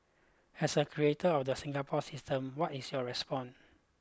as a creator of the Singapore system what is your response